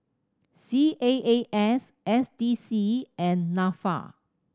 C A A S S D C and Nafa